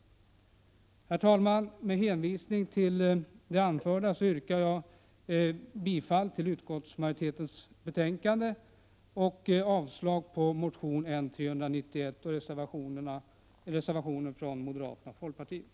Herr talman! Med hänvisning till det anförda yrkar jag bifall till utskottets hemställan och avslag på motion N391 och reservationen från moderaterna och folkpartiet.